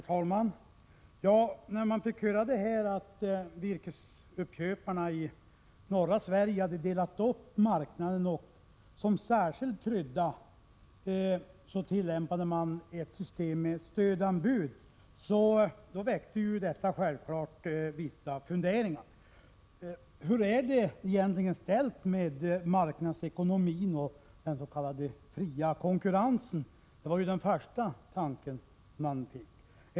Herr talman! När man fick höra att virkesuppköparna i norra Sverige hade delat upp marknaden och som särskild krydda tillämpade ett system med stödanbud, väcktes självfallet vissa funderingar. Den första tanke man fick var hur det egentligen är ställt med marknadsekonomin och den s.k. fria konkurrensen.